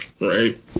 right